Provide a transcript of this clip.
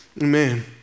Amen